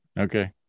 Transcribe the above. okay